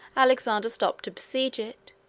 alexander stopped to besiege it,